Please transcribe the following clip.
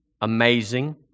amazing